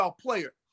player